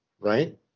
right